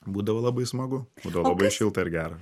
būdavo labai smagu būdavo labai šilta ir gera